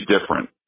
different